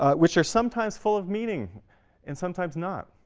ah which are sometimes full of meaning and sometimes not.